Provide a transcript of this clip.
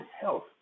health